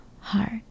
heart